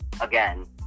again